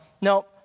no